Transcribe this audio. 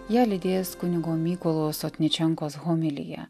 ją lydės kunigo mykolo sotničenkos homilija